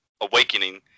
awakening